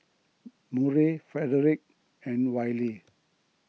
Murray Frederick and Wylie